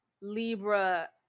Libra